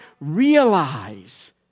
realize